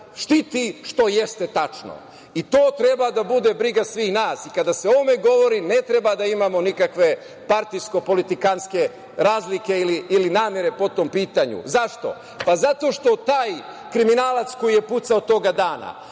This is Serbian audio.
štiti, što jeste tačno. To treba da bude briga svih nas i, kada se o ovome govori, ne treba da imamo nikakve partijsko-politikanske razlike ili namere po tom pitanju.Zašto? Zato što taj kriminalac, koji je puca toga dana,